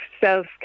self